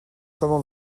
comment